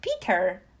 Peter